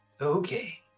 Okay